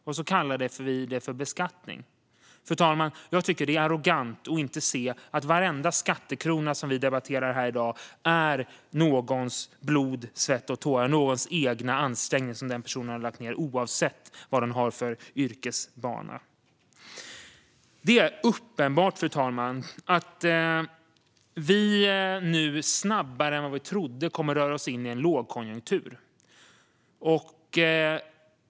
Sedan kallar vi det beskattning. Fru talman! Jag tycker att det är arrogant att inte se att varenda skattekrona som vi debatterar i dag är någons blod, svett och tårar och någons ansträngning, som personen i fråga har gjort oavsett yrkesbana. Det är uppenbart att vi nu snabbare än vad vi trodde rör oss in i en lågkonjunktur.